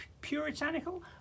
puritanical